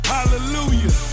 Hallelujah